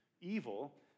evil